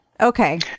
Okay